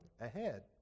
ahead